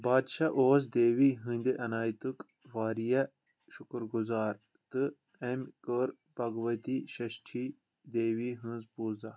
بادشاہ اوس دیوی ہِنٛدِ عیٚنایتُک واریاہ شُکُر گُزار تہٕ أمۍ کٔر بھگؤتی ششٹھی دیوی ہِنٛز پوٗزا